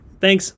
Thanks